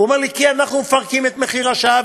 הוא אומר לי: כי אנחנו מפרקים את מחיר השעה,